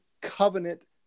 covenant